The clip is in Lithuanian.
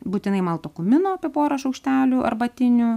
būtinai malto kumino apie porą šaukštelių arbatinių